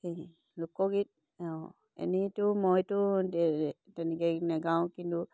লোকগীত অঁ এনেইতো মইতো তে তেনেকৈ নাগাওঁ কিন্তু